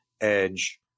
edge